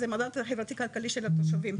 זה מדד חברתי כלכלי של התושבים.